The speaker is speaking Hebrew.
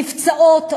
נפצעות,